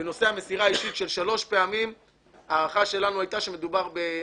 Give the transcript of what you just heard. בנושא המסירה האישית ההערכה שלנו הייתה שהעלות